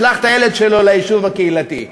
ישלח את הילד שלו ליישוב הקהילתי.